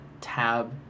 tab